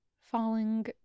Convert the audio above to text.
falling